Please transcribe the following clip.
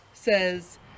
says